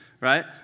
right